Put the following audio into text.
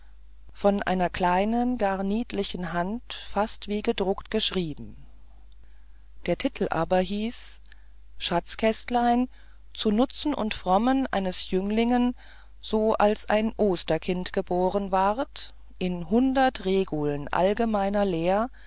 von einer kleinen gar niedlichen hand fast wie gedruckt beschrieben der titel aber hieß schatzkästlein zu nutz und frommen eines jünglingen so als ein osterkind geboren ward in hundert reguln allgemeiner lehr